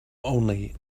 only